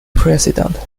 president